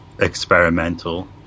experimental